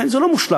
לכן זה לא מושלם.